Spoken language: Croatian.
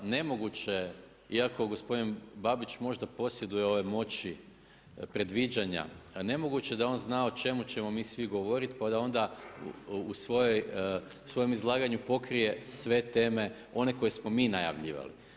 Nemoguće, iako gospodin Babić možda posjeduje ove moći predviđana, nemoguće da je on znao o čemu ćemo mi svi govoriti, pa onda u svojem izlaganju pokrije sve teme one koje smo mi najavljivali.